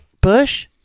Bush